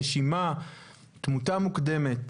נשימה ותמותה מוקדמת.